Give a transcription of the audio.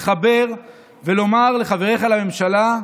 לחבר ולומר לחבריך לממשלה,